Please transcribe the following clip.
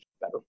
better